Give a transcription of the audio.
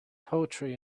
poetry